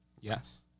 Yes